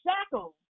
shackles